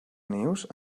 nius